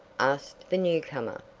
asked the newcomer.